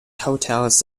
hotels